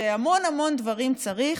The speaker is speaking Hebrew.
המון המון דברים צריך